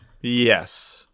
yes